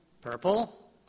Purple